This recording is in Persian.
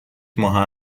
ماه